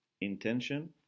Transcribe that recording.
intention